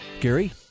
Gary